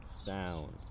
Sound